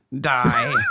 die